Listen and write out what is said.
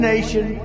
nation